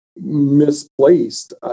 Misplaced